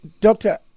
Doctor